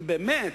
באמת,